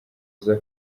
uza